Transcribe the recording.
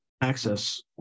access